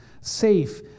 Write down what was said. safe